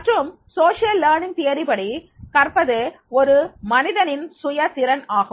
மற்றும் சமூக கற்றல் கோட்பாடுபடி கற்பது ஒரு மனிதனின் சுய திறன் ஆகும்